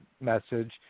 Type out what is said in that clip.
message